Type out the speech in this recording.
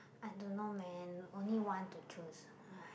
I don't know man only one to choose